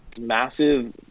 massive